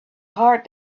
heart